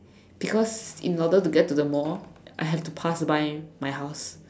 because in order to get to the mall I have to pass by my house